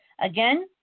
Again